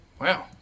Wow